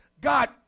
God